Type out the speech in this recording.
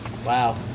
Wow